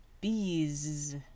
bees